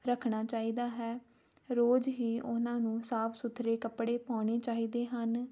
ਰੱਖਣਾ ਚਾਹੀਦਾ ਹੈ ਰੋਜ਼ ਹੀ ਉਹਨਾਂ ਨੂੰ ਸਾਫ ਸੁਥਰੇ ਕੱਪੜੇ ਪਾਉਣੇ ਚਾਹੀਦੇ ਹਨ